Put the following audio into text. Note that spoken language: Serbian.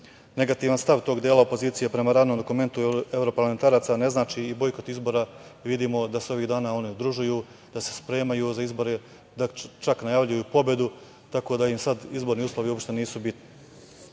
građana. Negativan stav tog dela opozicije prema radnom dokumentu evroparlamentaraca ne znači i bojkot izbora, vidimo da se ovih dana udružuju, da se spremaju za izbore, da čak najavljuju pobedu, tako da im sada izborni uslovi nisu uopšte